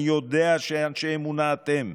אני יודע שאנשי אמונה אתם,